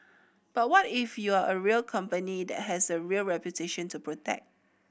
but what if you are a real company that has a real reputation to protect